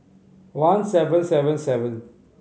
one seven seven seven